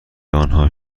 آنها